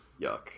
Yuck